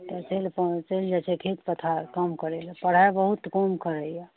तऽ चलि चलि जाइ छै खेत पथार काम करैला पढ़ाइ बहुत कम करैया